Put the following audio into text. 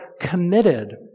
committed